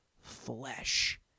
flesh